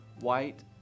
white